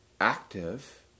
active